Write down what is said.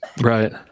Right